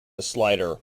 slider